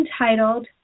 entitled